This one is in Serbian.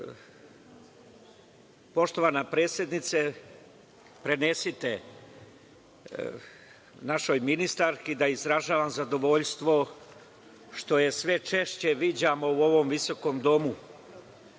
Srbije. Poštovana predsednice iznesite našoj ministarki da izražavam zadovoljstvo što je sve češće viđam u ovom visokom domu,